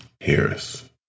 Harris